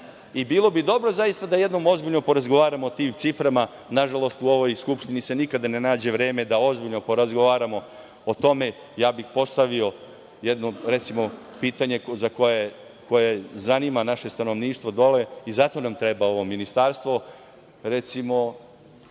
bi dobro, zaista, da jednom ozbiljno porazgovaramo o tim ciframa. Nažalost, u ovoj Skupštini se nikada ne nađe vreme da ozbiljno porazgovaramo o tome. Ja bih postavio, recimo, jedno pitanje koje zanima naše stanovništvo dole i zato nam treba ovo ministarstvo – recimo,